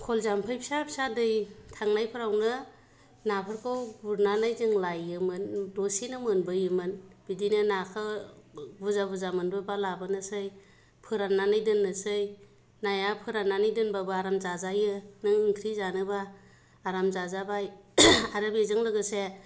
खल जामफै फिसा फिसा दै थांनायफोरावनो नाफोरखौ गुरनानै जों लायोमोन दसेनो मोनबोयोमोन बिदिनो नाखो बुरजा बुरजा मोनबोबा लाबोनोसै फोराननानै दोननोसै नाया फोराननानै दानबाबो आराम जाजायो नों ओंख्रि जानोबा आराम जाजाबाय आरो बेजों लोगोसे